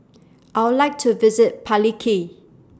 I Would like to visit Paliki